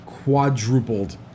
Quadrupled